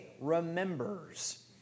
remembers